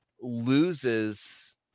loses